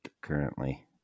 currently